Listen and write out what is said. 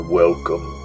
welcome